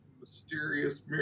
mysterious